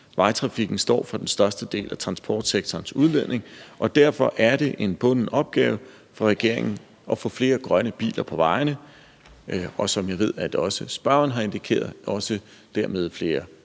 Trafikken står for den største del af transportsektorens udledning, og derfor er det en bunden opgave for regeringen at få flere grønne biler på vejene og – som jeg ved at også spørgeren har indikeret – også dermed flere